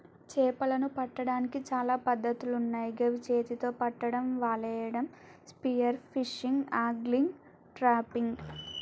చేపలను పట్టడానికి చాలా పద్ధతులున్నాయ్ గవి చేతితొ పట్టడం, వలేయడం, స్పియర్ ఫిషింగ్, ఆంగ్లిగ్, ట్రాపింగ్